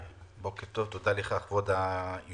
בוקר טוב, תודה לך, כבוד היושב-ראש,